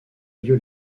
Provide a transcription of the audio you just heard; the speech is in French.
lieu